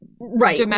Right